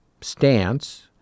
stance